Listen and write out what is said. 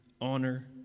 honor